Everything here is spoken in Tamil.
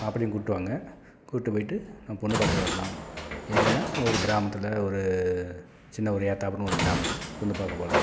மாப்பிள்ளையும் கூட்டு வாங்க கூட்டு போயிட்டு நம்ம பொண்ணு பார்த்துட்டு வரலாம் எங்கேனா ஒரு கிராமத்தில் ஒரு சின்ன ஒரு ஏத்தாப்புனு ஒரு கிராமத்தில் பொண்ணு பார்க்க போகலாம்